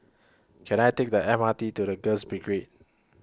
Can I Take The M R T to The Girls